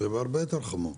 זה בהרבה יותר חמור.